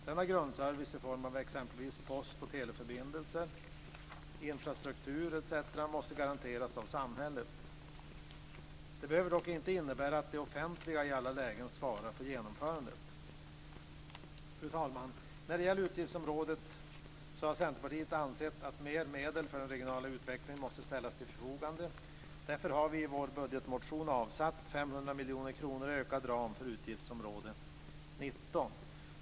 Denna grundservice i form av exempelvis post och teleförbindelser, infrastruktur etc. måste garanteras av samhället. Det behöver dock inte innebära att det offentliga i alla lägen svarar för genomförandet. Fru talman! När det gäller detta utgiftsområde har Centerpartiet ansett att mer medel för den regionala utvecklingen måste ställas till förfogande. Därför har vi i vår budgetmotion avsatt 500 miljoner kronor i ökad ram för utgiftsområde 19.